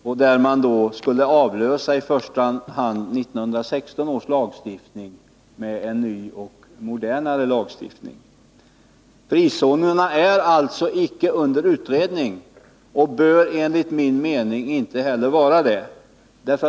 Syftet med det arbetet är i första hand att avlösa 1916 års lagstiftning 0 Frizonerna är alltså inte under utredning och bör enligt min mening inte heller vara det.